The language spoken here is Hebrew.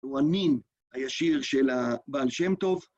הוא הנין הישיר של הבעל שם טוב.